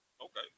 Okay